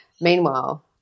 meanwhile